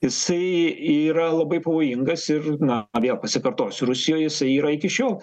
jisai yra labai pavojingas ir na vėl pasikartosiu rusijoj jisai yra iki šiol